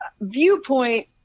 Viewpoint